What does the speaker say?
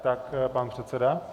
Tak pan předseda.